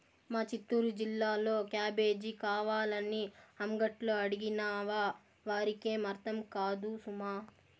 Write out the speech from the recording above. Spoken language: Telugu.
మా చిత్తూరు జిల్లాలో క్యాబేజీ కావాలని అంగట్లో అడిగినావా వారికేం అర్థం కాదు సుమా